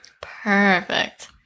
Perfect